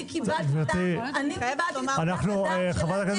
-- אני קיבלתי את --- חברת הכנסת